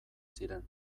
ziren